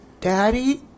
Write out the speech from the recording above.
Daddy